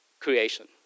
creation